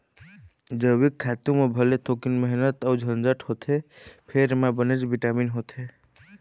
जइविक खातू म भले थोकिन मेहनत अउ झंझट होथे फेर एमा बनेच बिटामिन होथे